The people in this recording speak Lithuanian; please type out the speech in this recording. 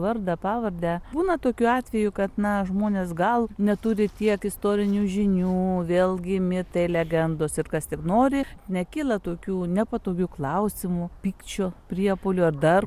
vardą pavardę būna tokių atvejų kad na žmonės gal neturi tiek istorinių žinių vėlgi mitai legendos ir kas tik nori nekyla tokių nepatogių klausimų pykčio priepuolių ar dar